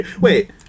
Wait